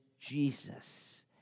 Jesus